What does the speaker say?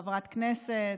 כחברת כנסת,